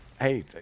hey